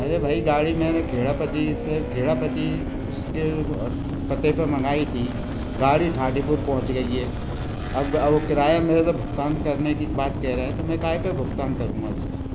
अरे भाई गाड़ी मैंने खेड़ापति से खेड़ापति उसके पते पे मंगाई थी गाड़ी थाटीपुर पहुँच गई है अब अब वो किराया मेरे से भुगतान करने की बात कह रहा है तो मैं काहे पे भुगतान करूँगा उसका